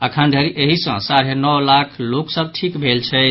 अखनधरि एहि सॅ साढ़े नओ लाख लोकसभ ठीक भेल छथि